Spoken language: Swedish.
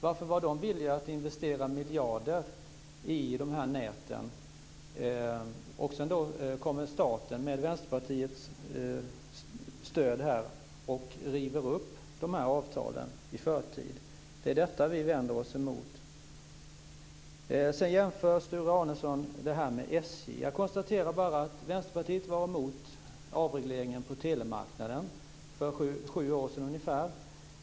Varför var de villiga att investera miljarder i dessa nät? Så kommer staten, med Vänsterpartiets stöd, och river upp dessa avtal i förtid. Det är detta vi vänder oss emot. Sedan jämför Sture Arnesson denna fråga med frågan om SJ. Jag konstaterar bara att Vänsterpartiet var emot avregleringen på telemarknaden för sju år sedan, ungefär.